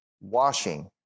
washing